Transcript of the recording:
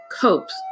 copes